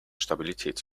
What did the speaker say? stabilität